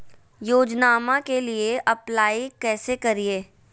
योजनामा के लिए अप्लाई कैसे करिए?